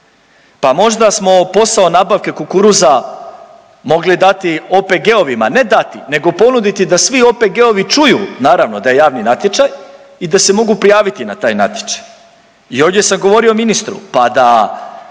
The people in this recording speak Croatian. pa možda smo posao nabavke kukuruza mogli dati OPG-ovima, ne dati nego ponuditi da svi OPG-ovi čuju naravno da je javni natječaj i da se mogu prijaviti na taj natječaj. I ovdje sam govorio ministru, pa da